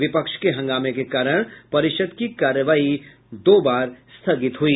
विपक्ष के हंगामे के कारण परिषद् की कार्यवाही दो बार स्थगित हुई